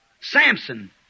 Samson